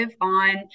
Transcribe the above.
on